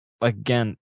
again